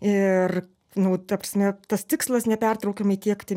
ir nu ta prasme tas tikslas nepertraukiamai tiekti